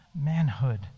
manhood